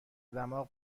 دماغ